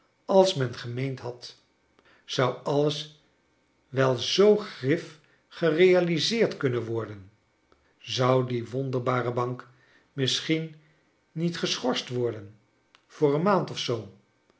als men gemeend had zou alles wel zoo grif gerealiseerd kunnen worden zou die wonderbare bank misschien niet geschorst worden voor een maand of zoo